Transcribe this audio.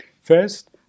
First